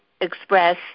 express